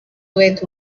with